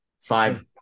five